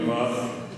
"צוויי מדינעס".